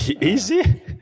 easy